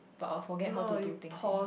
but I will forget how to do things again